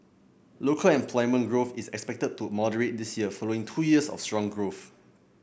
local employment growth is expected to moderate this year following two years of strong growth